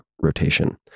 rotation